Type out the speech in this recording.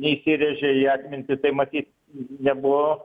neįsirėžė į atmintį tai matyt nebuvo